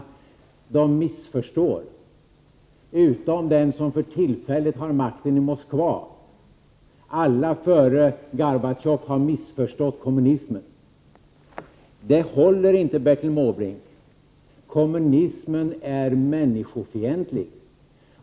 Alla missförstår utom den som för tillfället har makten i Moskva. Alla före Michail Gorbatjov har missförstått kommunismen. Bertil Måbrinks resonemang håller inte, för kommunismen är människofientlig.